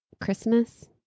Christmas